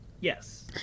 Yes